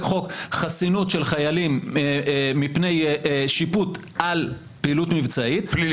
חוק חסינות של חיילים מפני שיפוט על פעילות מבצעית --- פלילית.